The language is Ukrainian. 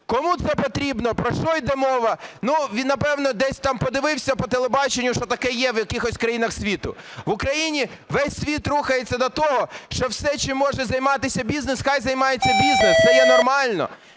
Кому це потрібно? Про що йде мова? Він, напевно, десь там подивився по телебаченню, що таке є в якихось країнах світу. В Україні… Весь світ рухається до того, що все, чим може займатися бізнес, хай займається бізнес. Це є нормально